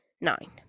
nine